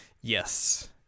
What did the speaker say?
Yes